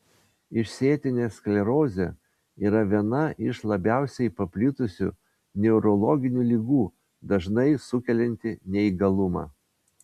išsėtinė sklerozė yra viena iš labiausiai paplitusių neurologinių ligų dažnai sukelianti neįgalumą